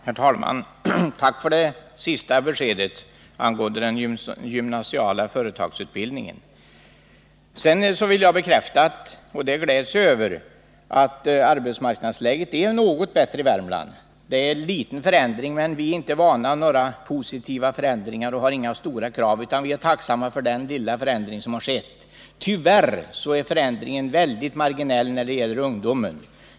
Herr talman! Tack för det senaste beskedet angående den gymnasiala företagsutbildningen. Sedan vill jag bekräfta att arbetsmarknadsläget är något bättre i Värmland nu än tidigare, och det gläds jag över. Förändringen är liten, men vi är inte vana vid positiva förändringar och har inga stora krav, utan vi är tacksamma för den lilla förändring som har skett. Tyvärr är förändringen mycket marginell när det gäller ungdomen.